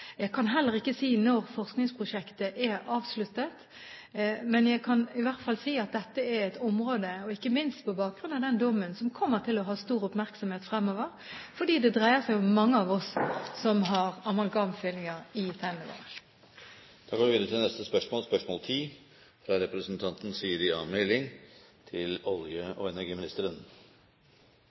Jeg kan heller ikke si når forskningsprosjektet vil være avsluttet, men jeg kan i hvert fall si at dette er et område – ikke minst på bakgrunn av denne dommen – som kommer til å ha stor oppmerksomhet fremover, fordi det dreier seg om mange av oss som har amalgamfyllinger i tennene. «Norge og Sverige signerte 9. desember 2010 avtalen om et felles grønt sertifikatmarked for stimulering til